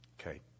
Okay